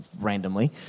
randomly